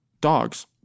dogs